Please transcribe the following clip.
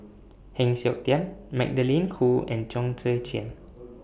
Heng Siok Tian Magdalene Khoo and Chong Tze Chien